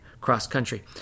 cross-country